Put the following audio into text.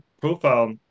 profile